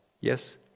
yes